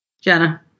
Jenna